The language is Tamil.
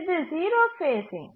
இது 0 ஃபேஸ்சிங்